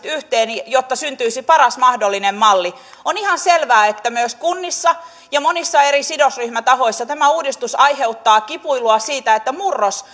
yhteen jotta syntyisi paras mahdollinen malli on ihan selvää että myös kunnissa ja monilla eri sidosryhmätahoilla tämä uudistus aiheuttaa kipuilua murros